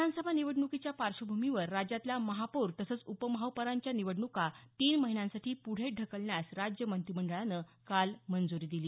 विधानसभा निवडणुकीच्या पार्श्वभूमीवर राज्यातल्या महापौर तसंच उप महापौरांच्या निवडण्का तीन महिन्यांसाठी पुढे ढकलण्यास राज्य मंत्रिमंडळानं काल मंजूरी दिली